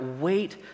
wait